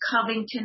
Covington